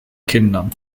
kindern